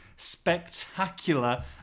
spectacular